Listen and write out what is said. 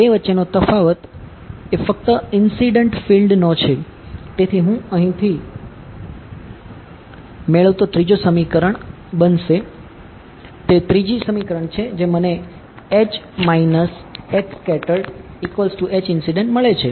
તેથી હું અહીંથી મેળવતો ત્રીજો સમીકરણ બનશે તે ત્રીજી સમીકરણ છે જે મને મળે છે